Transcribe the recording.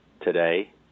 today